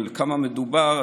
על כמה מדובר,